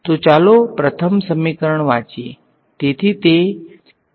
તો ચાલો પ્રથમ સમીકરણ વાંચીએ તેથી તે છે